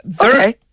Okay